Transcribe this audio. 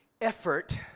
effort